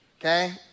okay